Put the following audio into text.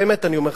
באמת אני אומר לך.